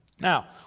Now